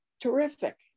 terrific